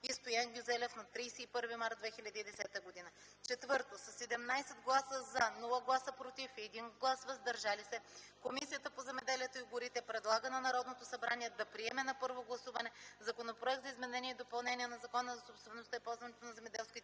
и Стоян Гюзелев на 31 март 2010 г. 4. Със 17 гласа „за”, без „против” и 1 глас „въздържал се”, Комисията по земеделието и горите предлага на Народното събрание да приеме на първо гласуване Законопроект за изменение и допълнение на Закона за собствеността и ползуването на земеделските